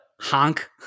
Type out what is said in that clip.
Honk